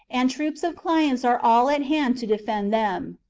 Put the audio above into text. and troops of clients are all at hand to defend them.